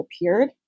appeared